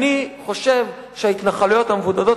אני חושב שההתנחלויות המבודדות,